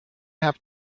have